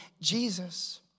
Jesus